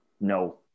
no